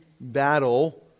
battle